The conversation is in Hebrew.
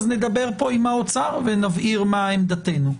אז נדבר עם האוצר ונבהיר מה עמדתנו,